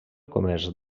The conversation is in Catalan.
comerç